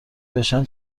بشن